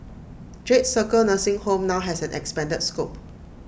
jade circle nursing home now has an expanded scope